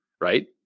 right